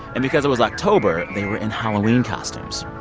and because it was october, they were in halloween costumes.